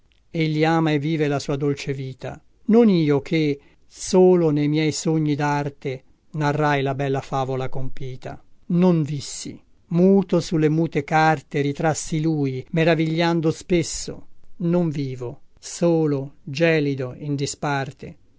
vissi egli ama e vive la sua dolce vita non io che solo nei miei sogni darte narrai la bella favola compita non vissi muto sulle mute carte ritrassi lui meravigliando spesso non vivo solo gelido in disparte